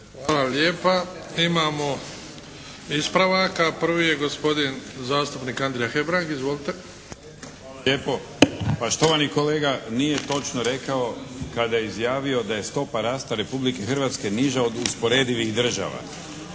Hvala lijepa. Imamo ispravaka. Prvi je gospodin zastupnik Andrija Hebrang. Izvolite! **Hebrang, Andrija (HDZ)** Hvala lijepo. Pa štovani kolega nije točno rekao kada je izjavio da je stopa rasta Republike Hrvatske niža od usporedivih država.